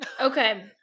Okay